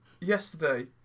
Yesterday